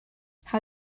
how